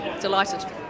delighted